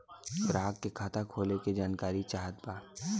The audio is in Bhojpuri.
ग्राहक के खाता खोले के जानकारी चाहत बा?